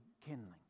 kindling